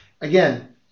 again